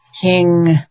King